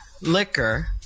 Liquor